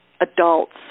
adults